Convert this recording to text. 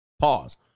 Pause